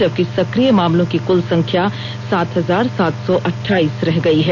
जबकि सक्रिय मामलों की कुल संख्या सात हजार सात सौ अठाईस रह गई है